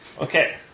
Okay